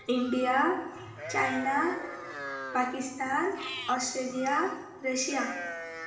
India China Pakistan Australia Russia